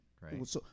right